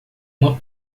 uma